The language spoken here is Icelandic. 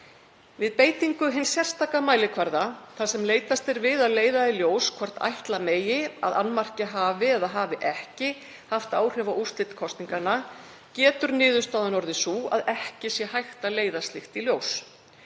Við beitingu hins sérstaka mælikvarða, þar sem leitast er við að leiða í ljós hvort ætla megi að annmarki hafi eða hafi ekki haft áhrif á úrslit kosninganna, getur niðurstaðan orðið sú að ekki sé hægt að leiða slíkt í ljós.